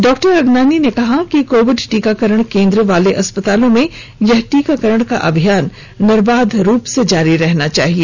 doctor Agnani ने कहा कि कोविड टीकाकरण केन्द्र वाले अस्पतालों में यह टीकाकरण का अभियान निर्बाध रूप से जारी रहना चाहिए